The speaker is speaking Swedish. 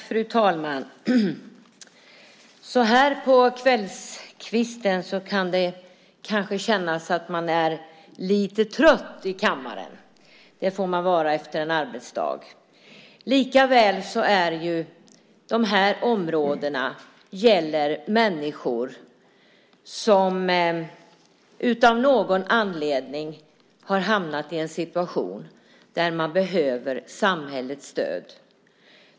Fru talman! Så här på kvällskvisten kan det kanske kännas att man är lite trött i kammaren. Det får man vara efter en arbetsdag. Likaväl gäller de här områdena människor som av någon anledning har hamnat i en situation där de behöver samhällets stöd.